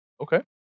Okay